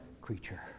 creature